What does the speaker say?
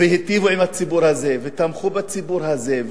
והיטיבו עם הציבור הזה ותמכו בציבור הזה,